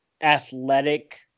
athletic